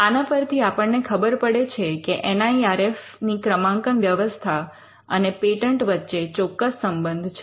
આના પરથી આપણને ખબર પડે છે કે એન આઇ આર એફ ની ક્રમાંકન વ્યવસ્થા અને પેટન્ટ વચ્ચે ચોક્કસ સંબંધ છે